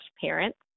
parents